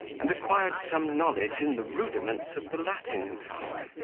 and acquired some knowledge in the rudiments of the latin tongue.